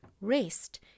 Rest